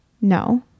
No